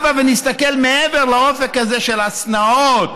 הבה נסתכל מעבר לאופק הזה של השנאות